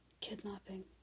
kidnapping